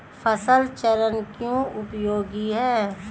फसल चरण क्यों उपयोगी है?